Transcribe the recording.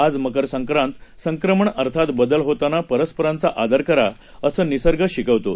आजमकरसंक्रांत संक्रमणअर्थातबदलहोतानापरस्परांचाआदरकरा असंनिसर्गशिकवतो